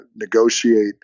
negotiate